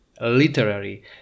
literary